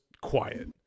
quiet